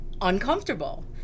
uncomfortable